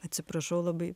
atsiprašau labai